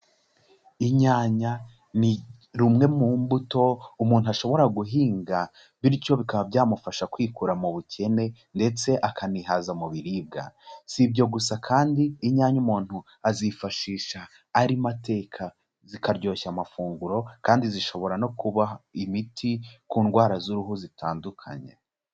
Inyanya ni rumwe mu mbuto umuntu ashobora guhinga bityo bikaba byamufasha kwikura mu bukene ndetse akanihaza mu biribwa, si ibyo gusa kandi inyanya umuntu azifashisha arimo ateka, zikaryoshya amafunguro kandi zishobora no kuba imiti ku ndwara z'uruhu zitandukanye.